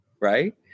right